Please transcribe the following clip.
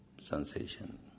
sensation